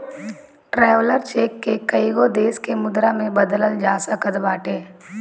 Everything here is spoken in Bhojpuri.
ट्रैवलर चेक के कईगो देस के मुद्रा में बदलल जा सकत बाटे